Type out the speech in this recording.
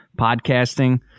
podcasting